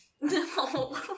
No